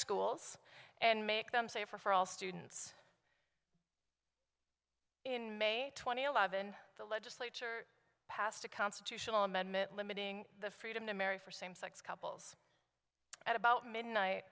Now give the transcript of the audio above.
schools and make them safer for all students in may two thousand and eleven the legislature passed a constitutional amendment limiting the freedom to marry for same sex couples at about midnight